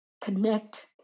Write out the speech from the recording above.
connect